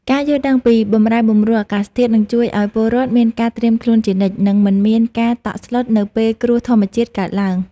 ការយល់ដឹងពីបម្រែបម្រួលអាកាសធាតុនឹងជួយឱ្យពលរដ្ឋមានការត្រៀមខ្លួនជានិច្ច និងមិនមានការតក់ស្លុតនៅពេលគ្រោះធម្មជាតិកើតឡើង។